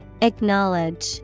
Acknowledge